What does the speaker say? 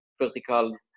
verticals